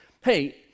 hey